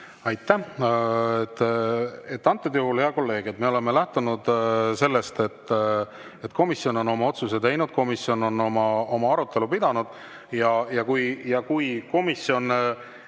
Aitäh! Antud juhul, hea kolleeg, oleme me lähtunud sellest, et komisjon on oma otsuse teinud, komisjon on oma arutelu pidanud ja kui komisjon